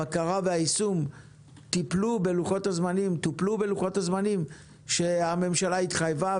הבקרה והיישום טיפלו בלוחות הזמנים שהממשלה התחייבה להם,